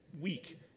week